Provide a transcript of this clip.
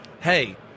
Hey